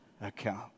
account